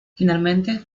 finalmente